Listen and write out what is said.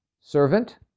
servant